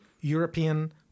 European